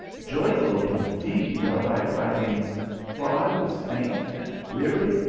joyful indeed are thy tidings for i was faint, and weary,